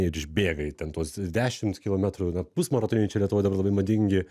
ir išbėgai ten tuos dešimt kilometrų na pusmaratoniai čia lietuvoj dabar labai madingi